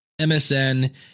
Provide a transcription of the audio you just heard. MSN